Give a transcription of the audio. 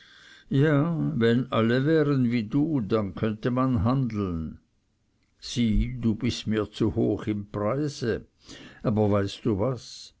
ja wenn alle wären wie du dann könnte man handeln sieh du bist mir zu hoch im preise aber weißt du was